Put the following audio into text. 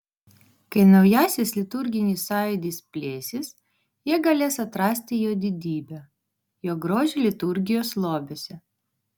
kai naujasis liturginis sąjūdis plėsis jie galės atrasti jo didybę jo grožį liturgijos lobiuose